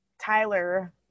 Tyler